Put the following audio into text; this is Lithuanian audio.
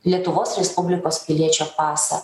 lietuvos respublikos piliečio pasą